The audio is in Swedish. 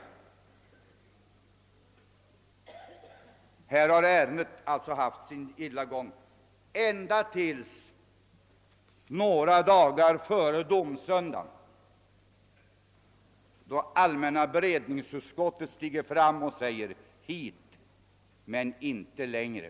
Ärendet har alltså haft sin gilla gång ända tills allmänna beredningsutskottet några dagar före domsöndagen steg fram och sade: Hit men icke längre!